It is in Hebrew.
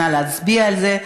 נא להצביע על זה.